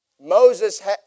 Moses